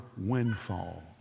windfall